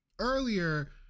Earlier